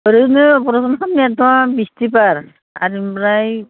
ओरैनो अपारेसन खालामनायाथ' बिस्थिबार आरो ओमफ्राय